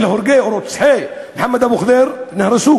הורגי או רוצחי מוחמד אבו ח'דיר נהרסו.